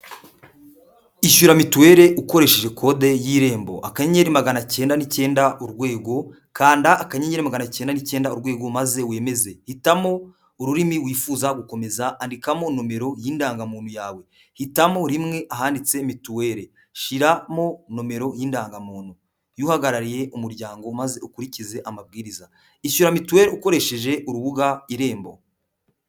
Ishyura mituweli ukoresheje kode y'Irembo, akanyenyeri magana cyenda n'icyenda urwego, kanda akanyenyeri magana cyenda n'icyenda urwego maze wemeze, hitamo ururimi wifuza gukomeza, andikamo nomero y'indangamuntu yawe, hitamo rimwe ahanditse mituweli, shyiraramo nomero y'indangamuntu y'uhagarariye umuryango maze ukurikize amabwiriza, ishyura mituweli ukoresheje urubuga Irembo.